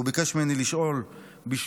הוא ביקש ממני לשאול בשמו